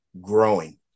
growing